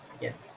Yes